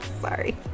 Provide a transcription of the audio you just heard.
Sorry